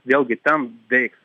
vėlgi ten veiks